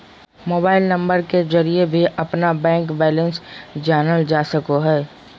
mobile number के जरिए भी अपना बैंक बैलेंस जानल जा सको हइ